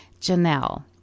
Janelle